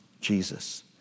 Jesus